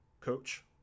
Coach